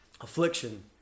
affliction